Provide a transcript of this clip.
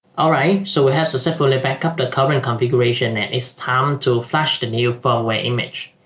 all right so we have sucessfully backup the current configuration and it's time to flash the new firmware image